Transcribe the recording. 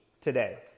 today